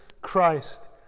Christ